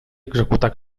executar